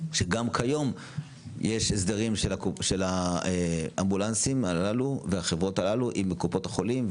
שגם כיום יש הסדרים של האמבולנסים הללו והחברות הללו עם קופות החולים,